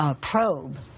probe